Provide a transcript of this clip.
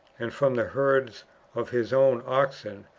and from the herds of his own oxen,